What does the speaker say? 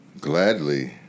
Gladly